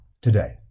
today